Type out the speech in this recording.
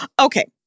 Okay